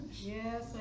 Yes